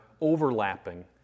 overlapping